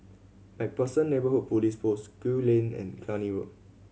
Macpherson Neighbourhood Police Post Gul Lane and Cluny Road